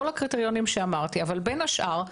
כל הקריטריונים שאמרתי אבל בין השאר,